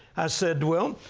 i said, well,